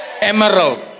emerald